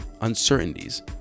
uncertainties